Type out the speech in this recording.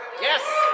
Yes